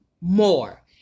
more